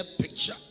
picture